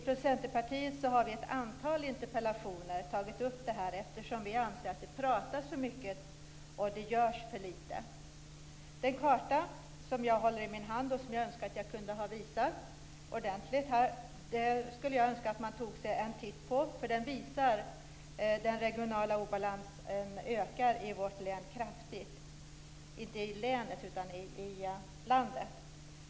Från Centerpartiet har vi i ett antal interpellationer tagit upp detta eftersom vi anser att det pratas för mycket och görs för lite. Den karta som jag håller i min hand - och som jag önskar att jag kunde ha visat ordentligt - skulle jag önska att man tog sig en titt på. Den visar att den regionala obalansen ökar kraftigt i vårt land.